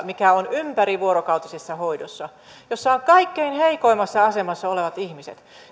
mikä on ympärivuorokautisessa hoidossa jossa ovat kaikkein heikoimmassa asemassa olevat ihmiset